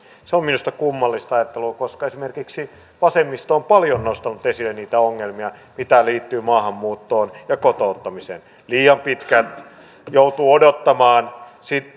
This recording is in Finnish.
se on minusta kummallista ajattelua koska esimerkiksi vasemmisto on paljon nostanut esille niitä ongelmia mitä liittyy maahanmuuttoon ja kotouttamiseen liian pitkään joutuu odottamaan